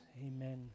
Amen